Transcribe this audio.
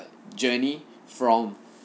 journey from